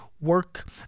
work